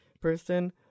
person